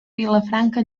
vilafranca